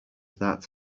that